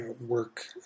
work